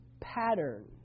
pattern